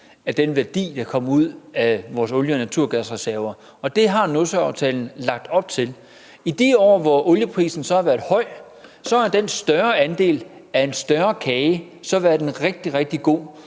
af den værdi, der kom ud af vores olie- og naturgasreserver, og det har Nordsøaftalen lagt op til. I de år, hvor olieprisen har været høj, har den større andel af en større kage været en rigtig, rigtig god